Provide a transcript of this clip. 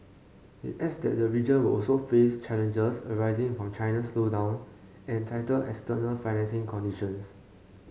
it adds that the region will also face challenges arising from China's slowdown and tighter external financing conditions